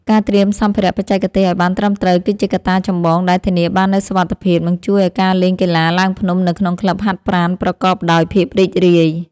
ការត្រៀមសម្ភារៈបច្ចេកទេសឱ្យបានត្រឹមត្រូវ គឺជាកត្តាចម្បងដែលធានាបាននូវសុវត្ថិភាព និងជួយឱ្យការលេងកីឡាឡើងភ្នំនៅក្នុងក្លឹបហាត់ប្រាណប្រកបដោយភាពរីករាយ។